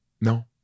No